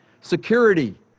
security